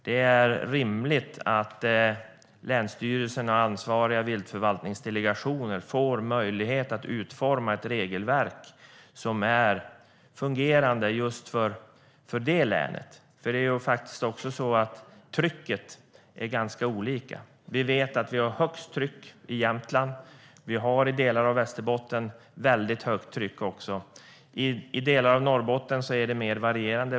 Det är rimligt att länsstyrelserna och ansvariga viltförvaltningsdelegationer får möjlighet att utforma ett regelverk som fungerar just för det länet. Trycket är olika. Vi vet att det råder högst tryck i Jämtland. I delar av Västerbotten råder ett högt tryck. I delar av Norrbotten är det mer varierande.